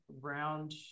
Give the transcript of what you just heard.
round